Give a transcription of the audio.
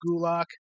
Gulak